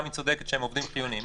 תמי צודקת שהם עובדים חיוניים,